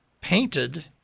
painted